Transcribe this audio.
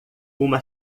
uma